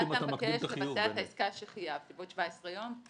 העסקה שחייבתי בעוד 17 יום?